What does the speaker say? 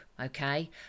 Okay